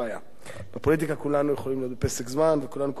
בפוליטיקה כולנו יכולים להגיד "פסק זמן" וכולנו קוראים לזה "פסק זמן",